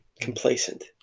complacent